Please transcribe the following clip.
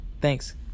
Thanks